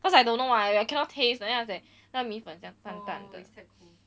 cause I don't know mah I cannot taste and then I was like 那个米粉像淡淡这样